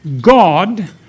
God